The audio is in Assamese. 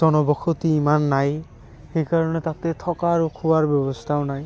জনবসতি ইমান নাই সেই কাৰণে তাতে থকা আৰু খোৱাৰ ব্যৱস্থাও নাই